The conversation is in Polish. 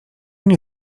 nie